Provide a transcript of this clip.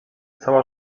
cała